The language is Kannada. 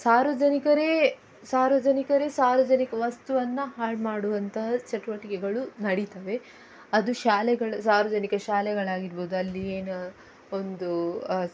ಸಾರ್ವಜನಿಕರೇ ಸಾರ್ವಜನಿಕರೇ ಸಾರ್ವಜನಿಕ ವಸ್ತುವನ್ನು ಹಾಳು ಮಾಡುವಂತಹ ಚಟುವಟಿಕೆಗಳು ನಡಿತಾವೆ ಅದು ಶಾಲೆಗಳು ಸಾರ್ವಜನಿಕ ಶಾಲೆಗಳಾಗಿರ್ಬೋದು ಅಲ್ಲಿ ಏನೋ ಒಂದು